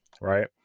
right